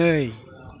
नै